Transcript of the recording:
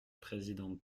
présidente